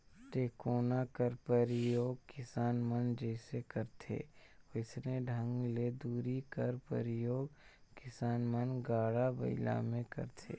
टेकोना कर परियोग किसान मन जइसे करथे वइसने ढंग ले धूरी कर परियोग किसान मन गाड़ा बइला मे करथे